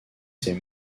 ces